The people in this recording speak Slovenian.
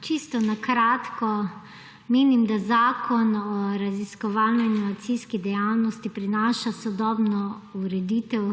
Čisto na kratko. Menim, da Predlog zakona o znanstvenoraziskovalni in inovacijski dejavnosti prinaša sodobno ureditev